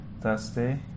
Thursday